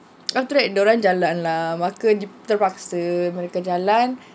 after that dorang jalan lah maka terpaksa mereka jalan